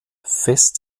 fest